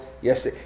yes